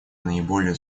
наиболее